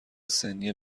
سنی